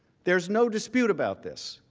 there is no dispute about this.